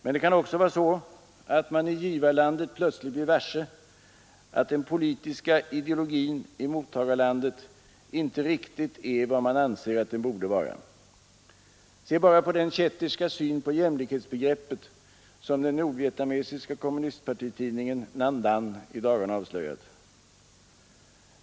Men det kan också vara så att man i givarlandet plötsligt blir varse, att den politiska ideologin i mottagarlandet inte riktigt är vad man anser att den borde vara. Se bara på den kätterska syn på jämlikhetsbegreppet som den nordvietnamesiska kommunistpartitidningen Nhan Dan i dagarna av slöjat!